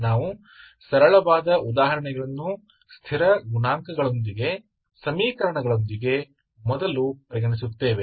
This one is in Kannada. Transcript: ನಾವು ಸರಳವಾದ ಉದಾಹರಣೆಗಳನ್ನು ಸ್ಥಿರ ಗುಣಾಂಕಗಳೊಂದಿಗೆ ಸಮೀಕರಣಗಳೊಂದಿಗೆ ಮೊದಲು ಪರಿಗಣಿಸುತ್ತೇವೆ